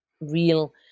real